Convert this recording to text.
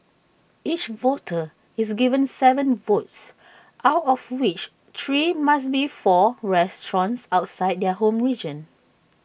each voter is given Seven votes out of which three must be for restaurants outside their home region